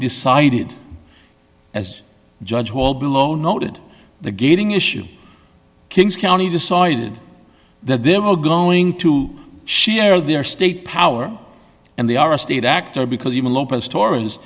decided as judge hall below noted the gating issue kings county decided that they were going to share their state power and they are a state actor because even lo